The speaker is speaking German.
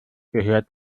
gehört